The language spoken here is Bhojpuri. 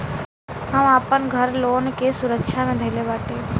हम आपन घर लोन के सुरक्षा मे धईले बाटी